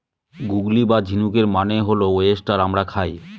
গুগলি বা ঝিনুকের মানে হল ওয়েস্টার আমরা খাই